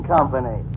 Company